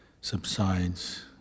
subsides